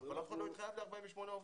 אבל אף אחד לא התחייב ל-48 עובדים,